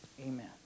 Amen